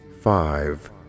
five